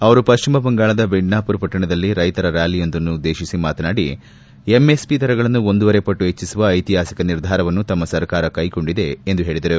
ಅವರು ಪಶ್ಚಿಮ ಬಂಗಾಳದ ಮಿಡ್ನಾಪುರ್ ಪಟ್ಟಣದಲ್ಲಿ ರೈತರ ಕ್ಲಾಲಿಯೊಂದನ್ನುದ್ದೇತಿಸಿ ಮಾತನಾಡಿ ಎಂಎಸ್ಪಿ ದರಗಳನ್ನು ಒಂದೂವರೆ ಪಟ್ಲು ಹೆಚ್ಚಿಸುವ ಐತಿಹಾಸಿಕ ನಿರ್ಧಾರವನ್ನು ತಮ್ನ ಸರ್ಕಾರ ಕೈಗೊಂಡಿದೆ ಎಂದು ಹೇಳಿದರು